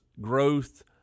growth